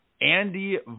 Andy